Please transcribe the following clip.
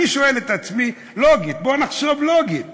אני שואל את עצמי, לוגית, בוא נחשוב לוגית: